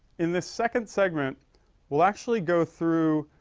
in this second segment we'll actually go through,